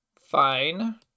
fine